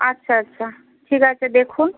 আচ্ছা আচ্ছা ঠিক আছে দেখুন